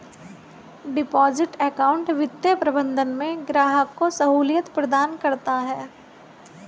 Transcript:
deposit account वित्तीय प्रबंधन में ग्राहक को सहूलियत प्रदान करता है